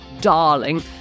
darling